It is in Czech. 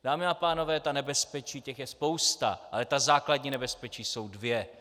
Dámy a pánové, těch nebezpečí je spousta, ale ta základní nebezpečí jsou dvě.